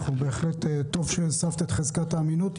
טוב שהוספת את חזקת האמינות.